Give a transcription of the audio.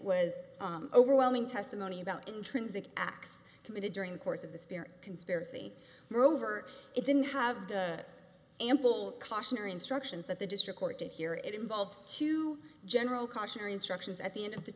was overwhelming testimony about intrinsic acts committed during the course of the spirit conspiracy moreover it didn't have ample cautionary instructions that the district court to hear it involved to general cautionary instructions at the end of the